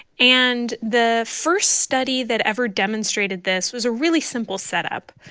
and the first study that ever demonstrated this was a really simple setup.